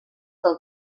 del